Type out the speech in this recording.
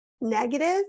negative